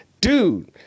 Dude